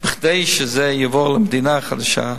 כדי שזה יבוא חזרה,